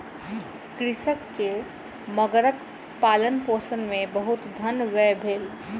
कृषक के मगरक पालनपोषण मे बहुत धन व्यय भेल